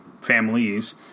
families